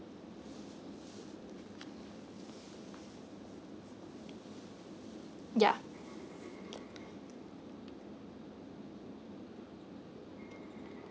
ya